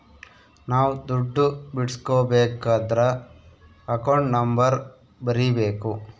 ನಾವ್ ದುಡ್ಡು ಬಿಡ್ಸ್ಕೊಬೇಕದ್ರ ಅಕೌಂಟ್ ನಂಬರ್ ಬರೀಬೇಕು